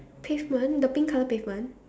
pavement the pink colour pavement